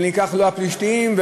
לא הפלישתים,